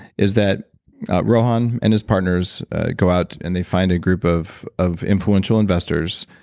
is that rohan and his partners go out and they find a group of of influential investors,